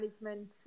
management